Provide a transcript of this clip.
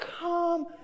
Come